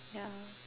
ya